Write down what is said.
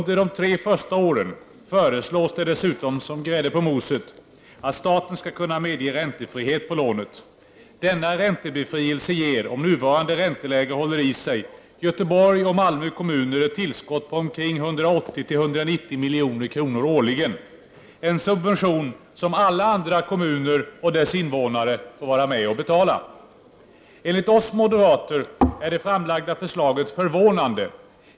Dessutom föreslås, som grädde på moset, att staten under de tre första åren skall kunna medge räntefrihet på lånet. Denna räntebefrielse ger, om nuvarande ränteläge håller i sig, Göteborgs kommun och Malmö kommun ett tillskott på omkring 180—190 milj.kr. årligen, en subvention som alla andra kommuner och deras invånare får vara med och betala. Enligt oss moderater är det framlagda förslaget förvånande.